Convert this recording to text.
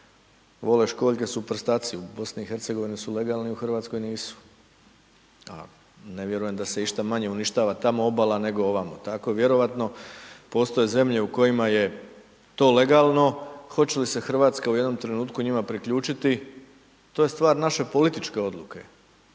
vole školjke su prstaci, u BiH su legalni, u RH nisu, a ne vjerujem da se išta manje uništava tamo obala, nego ovamo, tako vjerojatno postoje zemlje u kojima je to legalno, hoće li se RH u jednom trenutku njima priključiti, to je stvar naše političke odluke,